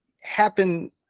happen